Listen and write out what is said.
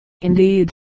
indeed